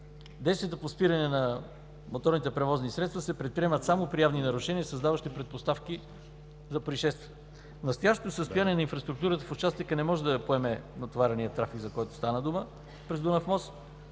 Действията по спиране на моторните превозни средства се предприемат само при явни нарушения, създаващи предпоставки за произшествие. Настоящото състояние на инфраструктурата в участъка не може да поеме натоварения трафик, за който стана дума през Дунав